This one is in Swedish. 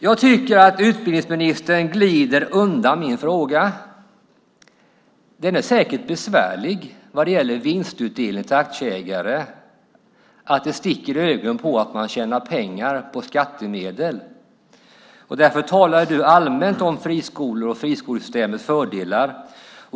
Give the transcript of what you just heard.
Jag tycker att utbildningsministern glider undan min fråga beträffande vinstutdelning till aktieägare. Den är säkert besvärlig eftersom det sticker i ögonen att man tjänar pengar på skattemedel. Därför talar du, Jan Björklund, allmänt om friskolor och friskolesystemets fördelar.